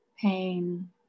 pain